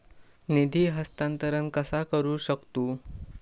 निधी हस्तांतर कसा करू शकतू?